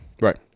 right